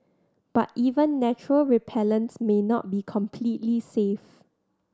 but even natural repellents may not be completely safe